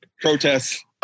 protests